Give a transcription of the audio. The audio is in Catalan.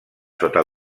sota